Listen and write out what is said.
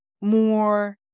more